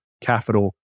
capital